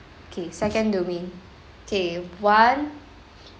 K second domain K one